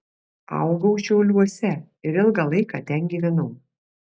augau šiauliuose ir ilgą laiką ten gyvenau